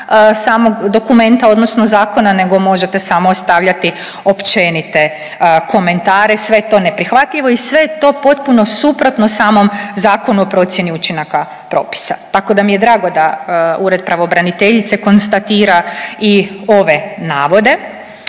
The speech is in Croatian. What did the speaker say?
samog dokumenta odnosno zakona nego možete samo ostavljati općenite komentare. Sve je to neprihvatljivo i sve je to potpuno suprotno samom Zakonu o procjeni učinaka propisa. Tako da mi je drago da Ured pravobraniteljice konstatira i ove navode.